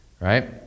right